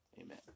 Amen